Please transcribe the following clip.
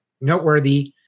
noteworthy